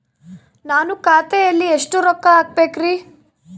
ನಾನು ಖಾತೆಯಲ್ಲಿ ಎಷ್ಟು ರೊಕ್ಕ ಹಾಕಬೇಕ್ರಿ?